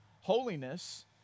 Holiness